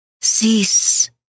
Cease